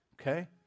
Okay